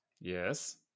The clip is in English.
Yes